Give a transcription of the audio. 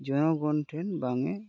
ᱡᱚᱱᱚᱜᱚᱱ ᱴᱷᱮᱱ ᱵᱟᱝ ᱮ